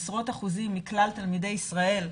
עשרות אחוזים מכלל תלמידי ישראל,